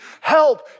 help